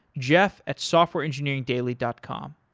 jeff at softwareengineeringdaily dot com.